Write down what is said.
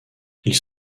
ils